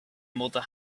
mother